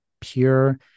pure